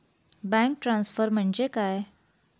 Bank transfer म्हणजे काय?